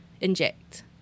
inject